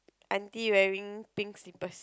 auntie wearing pink slippers